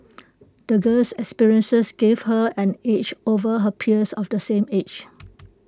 the girl's experiences gave her an edge over her peers of the same age